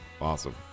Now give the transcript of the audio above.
awesome